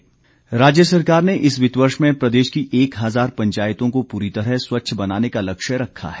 वीरेंद्र कंवर राज्य सरकार ने इस वित्त वर्ष में प्रदेश की एक हजार पंचायतों को पूरी तरह स्वच्छ बनाने का लक्ष्य रखा है